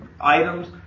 items